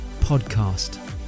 podcast